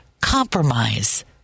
compromise